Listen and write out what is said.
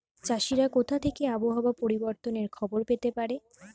চাষিরা কোথা থেকে আবহাওয়া পরিবর্তনের খবর পেতে পারে?